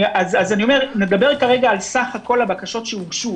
אז אני אומר מדבר כרגע על סך הבקשות שהוגשו,